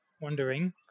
wondering